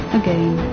again